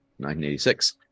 1986